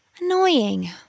Annoying